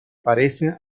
parecen